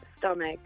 Stomach